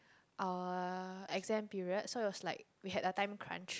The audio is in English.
uh exam period so it was like we had a time crunch